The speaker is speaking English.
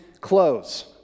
clothes